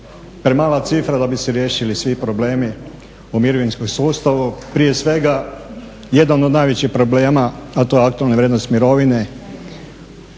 premala cifra da bi se riješili svi problemi o mirovinskom sustavu, prije svega jedan od najvećih problema,, a to je aktualna vrijednost mirovine.